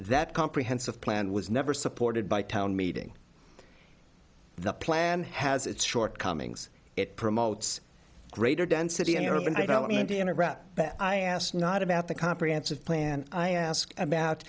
that comprehensive plan was never supported by town meeting the plan has its shortcomings it promotes greater density in europe and i don't mean to interrupt but i asked not about the comprehensive plan i asked about